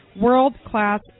world-class